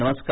नमस्कार